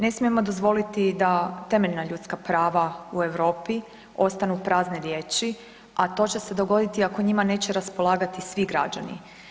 Ne smijemo dozvoliti da temeljna ljudska prava u Europi ostanu prazne riječi, a to će se dogoditi ako njima neće raspolagati svi građani.